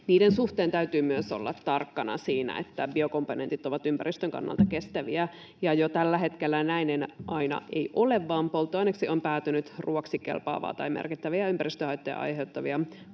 niiden suhteen täytyy myös olla tarkkana siinä, että biokomponentit ovat ympäristön kannalta kestäviä. Jo tällä hetkellä näin aina ei ole, vaan polttoaineeksi on päätynyt ruuaksi kelpaavia tai merkittäviä ympäristöhaittoja aiheuttavia